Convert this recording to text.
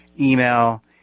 email